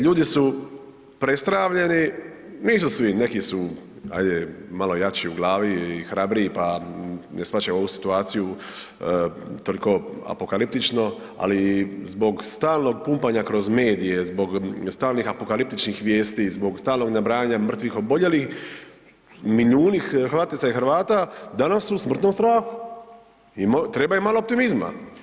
Ljudi su prestravljeni, nisu svi, neki su ajde malo jači u glavi i hrabriji pa ne shvaćaju ovu situaciju toliko apokaliptično, ali zbog stalnog pumpanja kroz medije, zbog stalnih apokaliptičnih vijesti, zbog stalnog nabrajanja mrtvih, oboljelih milijuni Hrvatica i Hrvata danas su u smrtnom strahu i treba im malo optimizma.